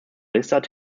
lizard